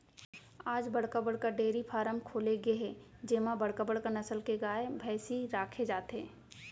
आज बड़का बड़का डेयरी फारम खोले गे हे जेमा बड़का बड़का नसल के गाय, भइसी राखे जाथे